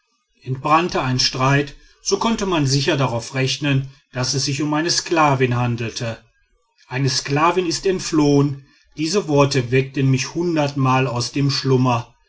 entbrannte ein streit so konnte man sicher darauf rechnen daß es sich um eine sklavin handelte eine sklavin ist entflohen diese worte weckten mich hundertmal aus dem schlummer